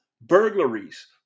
burglaries